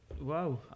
Wow